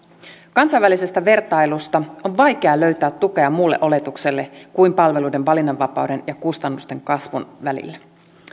kansainvälisestä vertailusta on vaikea löytää tukea muulle oletukselle kuin palveluiden valinnanvapauden ja kustannusten kasvun välillä